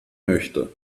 möchte